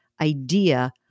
idea